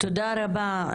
תודה רבה,